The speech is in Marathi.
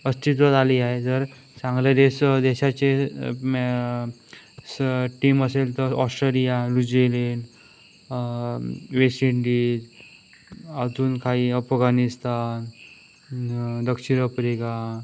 अस्तित्वात आली आहे जर चांगले देशो देशाचे टीम असेल तर ऑस्ट्रेलिया न्यूजीलँड वेस्ट इंडीज अजून काही अफगानीस्तान दक्षिण आफ्रिका